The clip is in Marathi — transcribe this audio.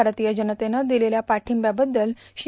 भारतीय जनतेवं दिलेल्या पाठिंक्याबद्दल श्री